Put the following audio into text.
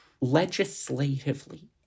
legislatively